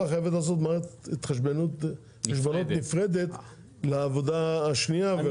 חייבת לעשות מערכת התחשבנות נפרדת לעבודה השנייה.